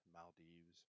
Maldives